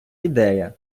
ідея